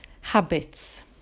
habits